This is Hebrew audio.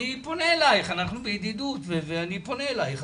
אני פונה אלייך, אנחנו בידידות ואני פונה אלייך.